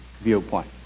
viewpoint